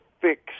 fix